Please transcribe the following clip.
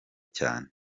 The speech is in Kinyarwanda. cyane